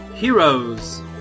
Heroes